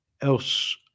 else